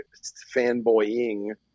fanboying